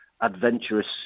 adventurous